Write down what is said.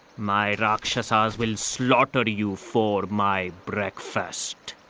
my rakshasas will slaughter you for my breakfast.